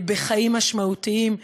בחיים משמעותיים,